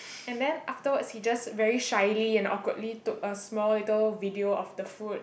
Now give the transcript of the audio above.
and then afterwards he just very shyly and awkwardly took a small little video of the food